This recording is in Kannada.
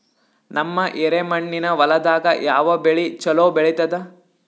ನಮ್ಮ ಎರೆಮಣ್ಣಿನ ಹೊಲದಾಗ ಯಾವ ಬೆಳಿ ಚಲೋ ಬೆಳಿತದ?